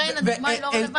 לכן הדוגמה היא לא רלוונטית.